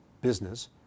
business